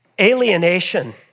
Alienation